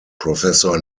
professor